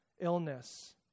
illness